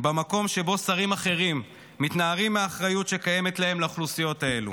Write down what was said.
במקום שבו שרים אחרים מתנערים מהאחריות שיש להם לאוכלוסיות האלו,